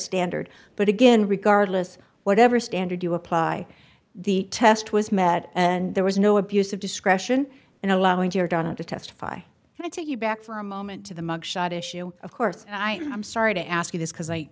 standard but again regardless whatever standard you apply the test was met and there was no abuse of discretion in allowing your daughter to testify and i take you back for a moment to the mug shot issue of course i'm sorry to ask you this because i